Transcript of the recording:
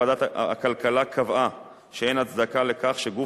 ועדת הכלכלה קבעה שאין הצדקה לכך שגוף